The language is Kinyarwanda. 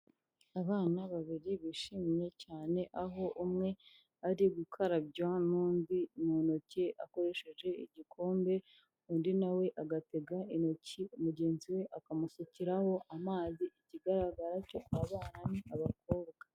Abana babiri bishimye cyane, aho umwe ari gukarabywa n'undi mu ntoki akoresheje igikombe, undi nawe agatega intoki mugenzi we akamusukiraho amazi, ikigaragara cyo abana ni abakobwa.